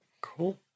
cool